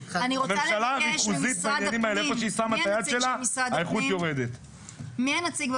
--- מי הנציג של משרד הפנים בוועדה?